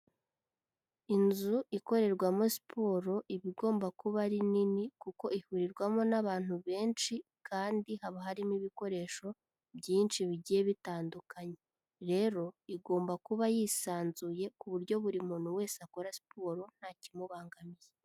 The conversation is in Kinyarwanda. Inzu ikorerwamo siporo iba igomba kuba ari nini kuko ihurirwamo n'abantu benshi kandi haba harimo ibikoresho byinshi bigiye bitandukanye, rero igomba kuba yisanzuye ku buryo buri muntu wese akora siporo nta kimubangamiye.